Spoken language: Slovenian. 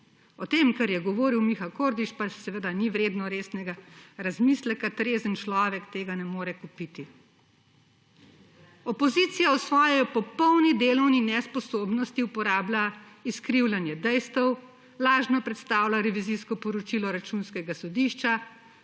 To, kar je govoril Miha Kordiš, pa seveda ni vredno resnega razmisleka. Trezen človek tega ne more kupiti. Opozicija v svoji popolni delovni nesposobnosti uporablja izkrivljanje dejstev, lažno predstavlja revizijsko poročilo Računskega sodišča,